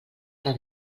que